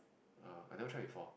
err I never try before